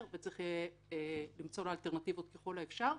וצריך יהיה למצוא לה אלטרנטיבות ככל האפשר.